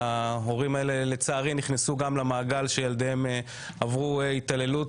שילדיהם, לצערי, עברו התעללות.